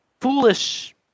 foolish